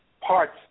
parts